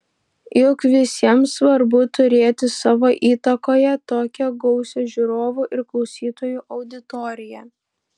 juk visiems svarbu turėti savo įtakoje tokią gausią žiūrovų ir klausytojų auditoriją